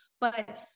But-